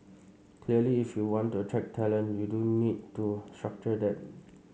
clearly if you want to attract talent you do need to structure that